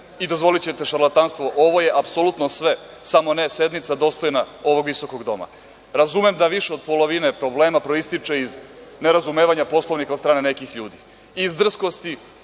i, dozvolićete, šarlatanstvo. Ovo je apsolutno sve samo ne sednica dostojna ovog visokog doma. Razumem da više od polovine problema proističe iz nerazumevanja Poslovnika od strane nekih ljudi,